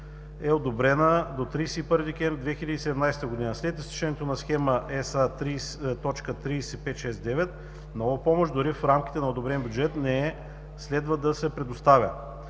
е одобрена до 31 декември 2017 г. След изтичането на Схема SA.30569 (2016/MX) нова помощ, дори в рамките на одобрен бюджет, не следва да се предоставя.